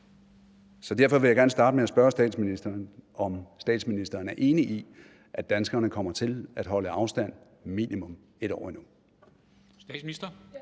Derfor vil jeg gerne starte med at spørge statsministeren, om statsministeren er enig i, at danskerne kommer til at holde afstand minimum et år endnu.